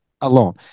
alone